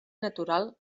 natural